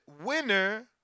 winner